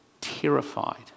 terrified